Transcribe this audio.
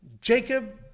Jacob